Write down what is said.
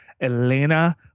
Elena